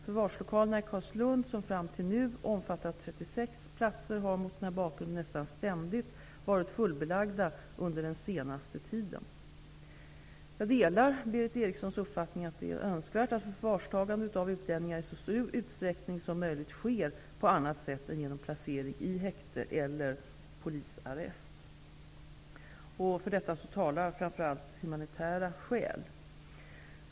Förvarslokalerna i Carlslund, som fram till nu omfattat 36 platser, har mot den bakgrunden nästan ständigt varit fullbelagda under den senaste tiden. Jag delar Berith Erikssons uppfattning att det är önskvärt att förvarstagande av utlänningar i så stor utsträckning som möjligt sker på annat sätt än genom placering i häkte eller polisarrest. För detta talar framför allt humanitära skäl.